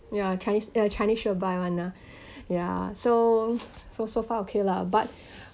ya chinese uh chinese sure buy one ah ya so so so far okay lah but